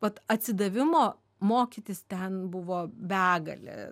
vat atsidavimo mokytis ten buvo begalė